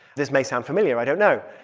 this may sound familiar. i don't know.